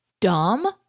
dumb